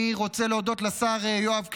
אני רוצה להודות לשר יואב קיש,